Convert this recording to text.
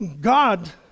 God